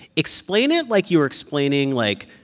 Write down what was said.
explain it like you were explaining, like,